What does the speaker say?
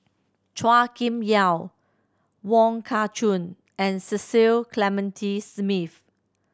Chua Kim Yeow Wong Kah Chun and Cecil Clementi Smith